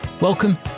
welcome